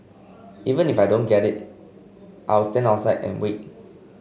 even if I don't get in I'll stand outside and wait